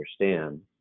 understand